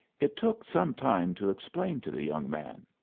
it took some time to explain to the young man.